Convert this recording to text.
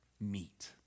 meet